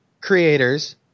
creators